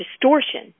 distortion